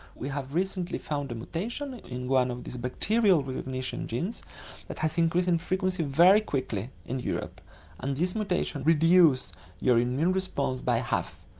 we have recently found a mutation in one of the bacterial recognition genes that has increased in frequency very quickly in europe and this mutation reduces your immune response by half.